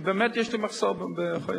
כי באמת יש לי מחסור באחיות,